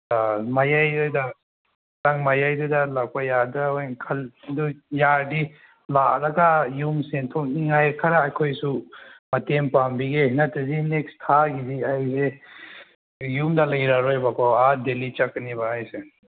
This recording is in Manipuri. ꯃꯌꯥꯏꯗ ꯇꯥꯡ ꯃꯌꯥꯏꯗꯨꯗ ꯂꯥꯛꯄ ꯌꯥꯔꯗ꯭ꯔ ꯑꯗꯨ ꯌꯥꯔꯗꯤ ꯂꯥꯛꯑꯒ ꯌꯨꯝ ꯁꯦꯡ ꯊꯣꯛꯅꯤꯡꯉꯥꯏ ꯈꯔ ꯑꯩꯈꯣꯏꯁꯨ ꯃꯇꯦꯡ ꯄꯥꯡꯕꯤꯒꯦ ꯅꯠꯇ꯭ꯔꯗꯤ ꯅꯦꯛꯁ ꯊꯥꯒꯤꯗꯤ ꯑꯩꯁꯦ ꯌꯨꯝꯗ ꯂꯩꯔꯔꯣꯏꯕꯀꯣ ꯑꯥ ꯗꯦꯜꯂꯤ ꯆꯠꯀꯅꯦꯕꯀꯣ ꯑꯩꯁꯦ